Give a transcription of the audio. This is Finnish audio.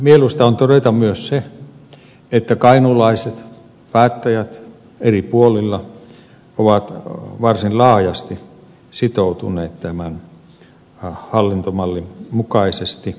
mieluista on todeta myös se että kainuulaiset päättäjät eri puolilla ovat varsin laajasti sitoutuneet toimimaan tämän hallintomallin mukaisesti